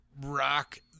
rock